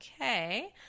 okay